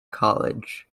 college